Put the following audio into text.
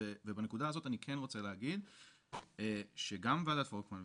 בנקודה הזו אני כן רוצה להגיד שגם ועדת פולקמן,